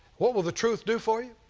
what will the truth do for you?